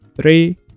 three